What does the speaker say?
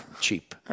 Cheap